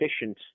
efficient